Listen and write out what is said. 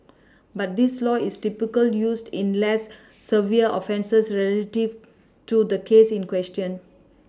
but this law is typically used in less severe offences relative to the case in question